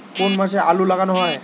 কোন মাসে আলু লাগানো হয়?